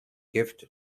gift